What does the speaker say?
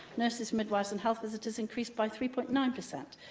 nurses, midwives and health visitors increased by three point nine per cent.